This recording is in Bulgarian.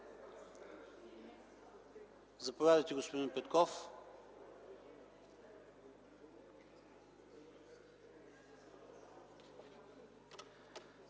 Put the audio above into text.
Заповядайте, господин Петков.